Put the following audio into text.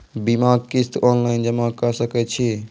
बीमाक किस्त ऑनलाइन जमा कॅ सकै छी?